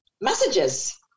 messages